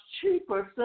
cheaper